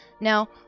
Now